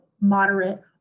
moderate